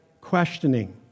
questioning